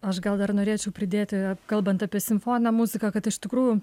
aš gal dar norėčiau pridėti kalbant apie simfoninę muziką kad iš tikrų